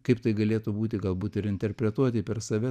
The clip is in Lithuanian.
kaip tai galėtų būti galbūt ir interpretuoti per save